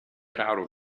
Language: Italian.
raro